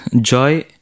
joy